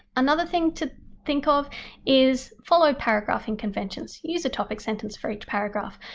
another thing to think of is follow paragraphing conventions. use a topic sentence for each paragraph.